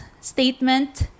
statement